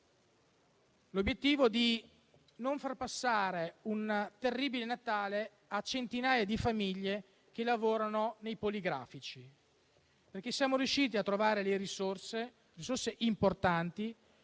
l'obiettivo di non far passare un terribile Natale a centinaia di famiglie che lavorano nei poligrafici. Siamo riusciti a trovare le risorse, risorse